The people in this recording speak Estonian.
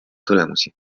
tulemusi